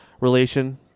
relation